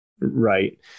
right